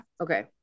Okay